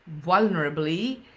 vulnerably